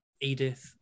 Edith